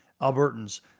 Albertans